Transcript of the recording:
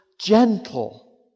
gentle